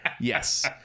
Yes